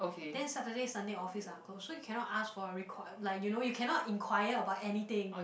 then Saturday Sunday office are closed so you cannot ask for a record like you know you cannot inquire about anything